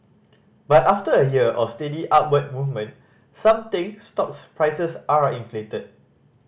but after a year of steady upward movement some think stocks prices are inflated